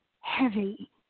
heavy